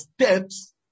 steps